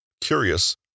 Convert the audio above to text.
curious